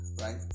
Right